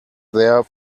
there